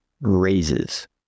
raises